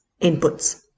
inputs